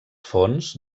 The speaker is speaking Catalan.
fons